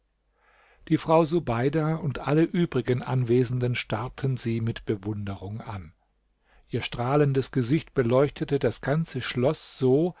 die frau subeida und alle übrigen anwesenden starrten sie mit bewunderung an ihr strahlendes gesicht beleuchtete das ganze schloß so